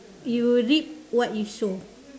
you reap what you sow